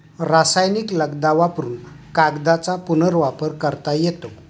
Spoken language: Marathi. रासायनिक लगदा वापरुन कागदाचा पुनर्वापर करता येतो